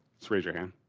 let's raise your hand,